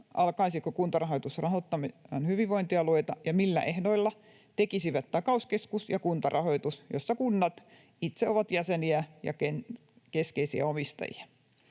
alkaisiko Kuntarahoitus rahoittamaan hyvinvointialueita ja millä ehdoilla, tekisivät takauskeskus ja Kuntarahoitus, jossa kunnat itse ovat jäseniä ja keskeisiä omistajia.